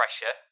pressure